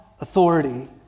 authority